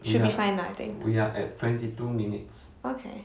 should be fine lah I think okay